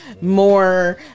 more